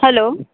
hello